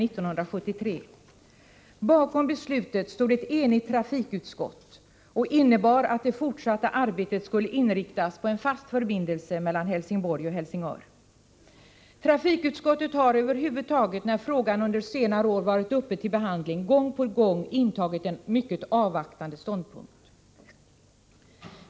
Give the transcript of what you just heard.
Beslutet, bakom vilket stod ett enigt trafikutskott, innebar att det fortsatta arbetet skulle inriktas på en fast förbindelse mellan Helsingborg och Helsingör. När frågan under senare år har varit uppe till behandling, har trafikutskottet gång på gång intagit en mycket avvaktande ståndpunkt.